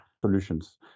solutions